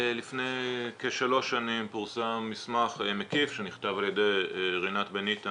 לפני כשלוש שנים פורסם מסמך מקיף שנכתב על ידי רינת בניטה